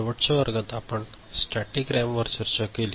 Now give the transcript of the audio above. शेवटच्या वर्गात आपण स्टॅटिक रॅम वर चर्चा केली